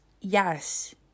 yes